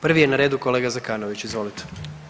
Prvi je na redu kolega Zekanović, izvolite.